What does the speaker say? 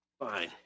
Fine